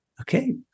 Okay